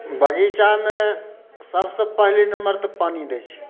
बगीचामे सभसँ पहिले नम्बर तऽ पानि दै छियै